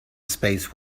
space